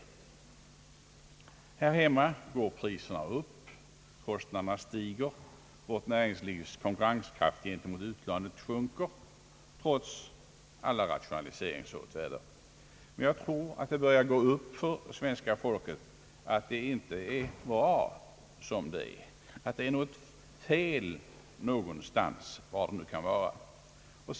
Här hemma går priserna upp, kostnaderna stiger, vårt näringslivs konkurrens gentemot utlandet sjunker trots alla rationaliseringsåtgärder. Men jag tror att det börjar gå upp för svenska folket att det inte är bra som det är, att det är något fel någonstans med den ekonomiska politiken, var det nu kan vara.